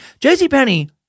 JCPenney